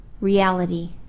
reality